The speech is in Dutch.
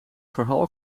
verhaal